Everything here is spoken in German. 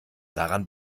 daran